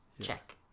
Check